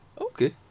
Okay